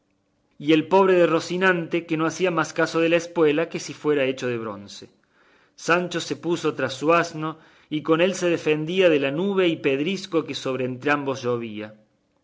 y el pobre de rocinante no hacía más caso de la espuela que si fuera hecho de bronce sancho se puso tras su asno y con él se defendía de la nube y pedrisco que sobre entrambos llovía